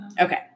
Okay